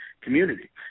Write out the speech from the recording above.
community